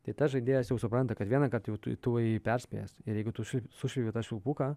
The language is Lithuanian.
tai tas žaidėjas jau supranta kad vienąkart jau tu jį perspėjęs ir jeigu tu sušvilpi tą švilpuką